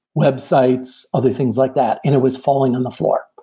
websites, other things like that, and it was falling on the floor.